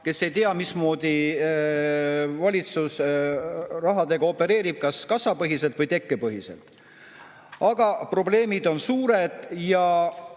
kes ei tea, mismoodi valitsus rahaga opereerib, kas kassapõhiselt või tekkepõhiselt? Aga probleemid on suured ja